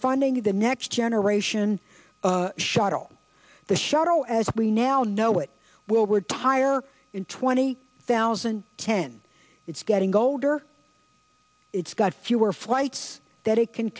finding the next generation shuttle the shuttle as we now know it will retire in twenty thousand and ten it's getting older it's got fewer flights that it can